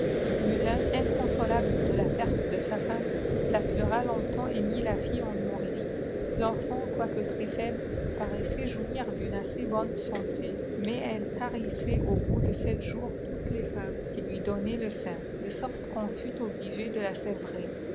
inconsolable de la perte de sa femme la pleura longtemps et mit sa fille en nourrice l'enfant quoique très faible paraissait jouir d'une assez bonne santé mais elle tarissait au bout de sept jours toutes les femmes qui lui donnaient le sein de sorte qu'on fut d ligé de la